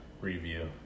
Review